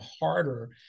harder